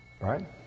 Right